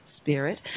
Spirit